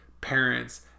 parents